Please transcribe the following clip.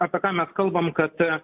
apie ką mes kalbam kad